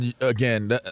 again –